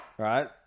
right